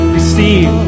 receive